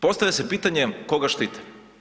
Postavlja se pitanje koga štite?